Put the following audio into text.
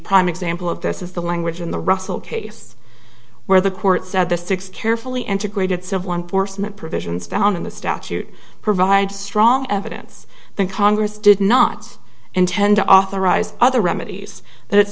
prime example of this is the language in the russell case where the court said the six carefully integrated civil enforcement provisions down in the statute provide strong evidence that congress did not intend to authorize other remedies that it